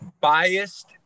biased